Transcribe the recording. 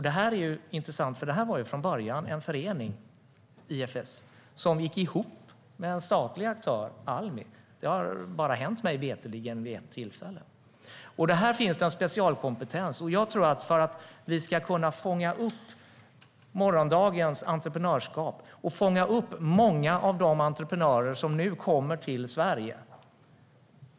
Det är intressant, för IFS var från början en förening som gick ihop med en statlig aktör, Almi. Det har mig veterligen bara hänt vid ett tillfälle. Här finns en specialkompetens. Vi måste kunna fånga upp morgondagens entreprenörskap och de många entreprenörer som nu kommer till Sverige.